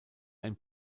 ein